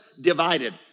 divided